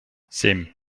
семь